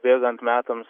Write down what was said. bėgant metams